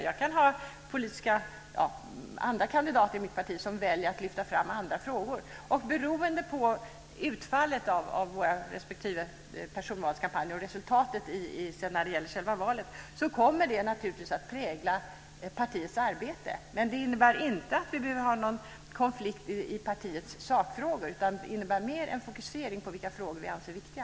Det kan finnas andra kandidater i mitt parti om väljer att lyfta fram andra frågor. Beroende på utfallet av våra respektive personvalskampanjer och resultatet i själva valet kommer det naturligtvis att prägla partiets arbete. Det innebär inte att vi behöver ha någon konflikt i fråga om partiets sakfrågor. Det innebär mer en fokusering på vilka frågor vi anser som viktiga.